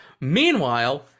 meanwhile